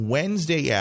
Wednesday